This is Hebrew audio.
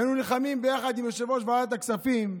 היינו נלחמים ביחד עם יושב-ראש ועדת הכספים,